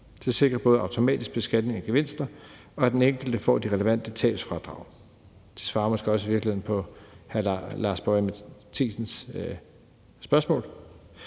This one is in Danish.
Det sikrer både automatisk beskatning af gevinster, og at den enkelte får de relevante tabsfradrag. Det svarer måske også i virkeligheden på hr. Lars Boje Mathiesens spørgsmål.